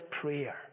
prayer